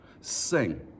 sing